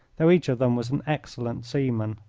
though each of them was an excellent seaman.